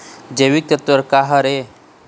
जैविकतत्व का हर ए?